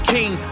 King